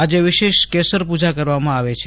આજે વિશેષ કેસરપૂજા કરવામાં આવે છે